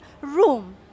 room